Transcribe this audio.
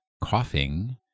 Coughing